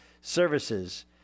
services